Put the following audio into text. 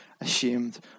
ashamed